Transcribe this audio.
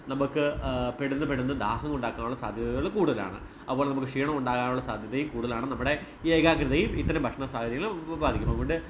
നമുക്ക് പെട്ടെന്ന് പെട്ടെന്ന് ദാഹം ഉണ്ടാക്കാനുള്ള സാധ്യതകൾ കൂടുതലാണ് അപ്പോൾ നമുക്ക് ക്ഷീണം ഉണ്ടാകാനുള്ള സാധ്യതയും കൂടുതലാണ് നമ്മുടെ ഏകാഗ്രതയും ഇത്തരം ഭക്ഷണ സാധനങ്ങൾ ബാധിക്കും അതുകൊണ്ട്